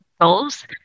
goals